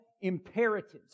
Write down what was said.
imperatives